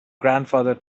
grandfather